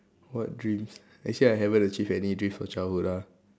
what dreams actually I haven't achieve any dreams from childhood ah